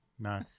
No